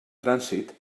trànsit